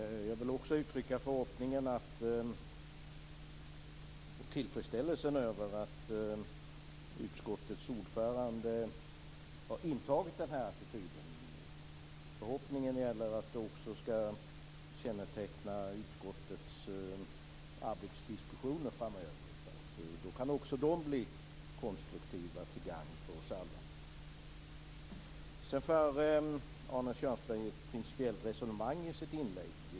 Jag vill också uttrycka tillfredsställelse över att utskottets ordförande har intagit den här attityden och en förhoppning om att den också skall känneteckna utskottets arbetsdiskussioner framöver. Då kan också dessa bli konstruktiva och till gagn för oss alla. Arne Kjörnsberg förde i sitt inlägg vidare ett principiellt resonemang.